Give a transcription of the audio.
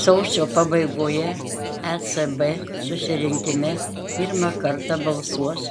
sausio pabaigoje ecb susirinkime pirmą kartą balsuos